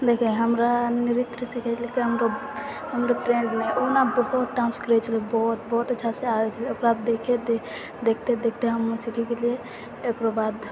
देखिऔ हमरा नृत्य सिखेलकै हमरऽ फ्रेन्ड ने ओ ने बहुत डान्स करै छलै बहुत अच्छासँ आबै छलै ओकरा देखिते देखिते हमहूँ सीखि गेलिए एकर बाद